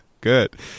Good